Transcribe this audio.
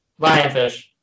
Lionfish